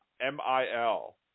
M-I-L